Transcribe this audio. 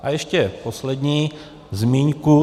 A ještě poslední zmínku.